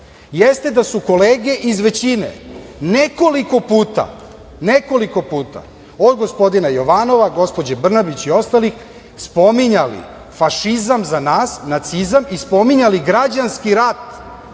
jeste da su kolege iz većine nekoliko puta, nekoliko puta, od gospodina Jovanova, gospođe Brnabić i ostalih, spominjali fašizam, za nas nacizam i spominjali građanski rat.